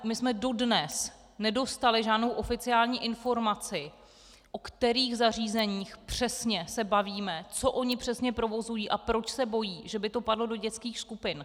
My jsme dodnes nedostali žádnou oficiální informaci, o kterých zařízeních přesně se bavíme, co přesně provozují a proč se bojí, že by to padlo do dětských skupin.